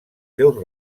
seus